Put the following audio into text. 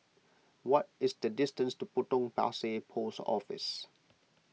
what is the distance to Potong Pasir Post Office